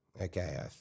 Okay